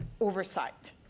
oversight